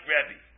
Rebbe